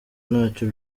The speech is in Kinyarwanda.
ntacyo